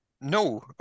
No